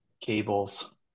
cables